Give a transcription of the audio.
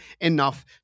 enough